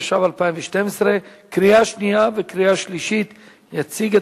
התשע"א 2011, נתקבלה.